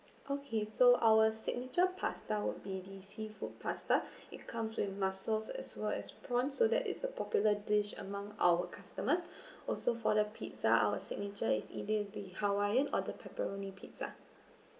okay so our signature pasta would be the seafood pasta it comes with mussels as well as prawn so that it's a popular dish among our customers also for the pizza our signature is either the hawaiian or the pepperoni pizza